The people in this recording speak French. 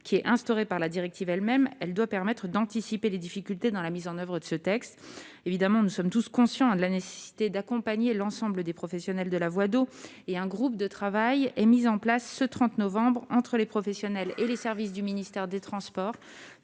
qui est instaurée par la directive elle-même, doit permettre d'anticiper les difficultés dans la mise en oeuvre du texte. Évidemment, nous sommes tous conscients de la nécessité d'accompagner l'ensemble des professionnels de la voie d'eau. Un groupe de travail est mis en place ce 30 novembre entre les professionnels et les services du ministère chargé des transports